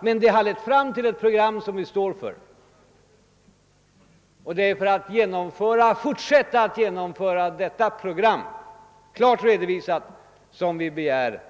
Detta har lett fram till ett program som vi står för, och det är för att fortsätta detta program, klart redovisat, som vi begär